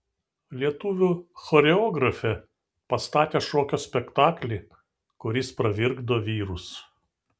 lietuvių choreografė pastatė šokio spektaklį kuris pravirkdo vyrus